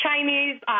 Chinese